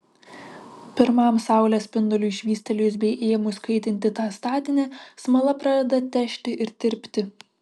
pirmam saulės spinduliui švystelėjus bei ėmus kaitinti tą statinį smala pradeda težti ir tirpti